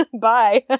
bye